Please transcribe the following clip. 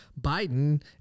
Biden